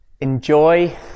Enjoy